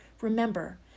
remember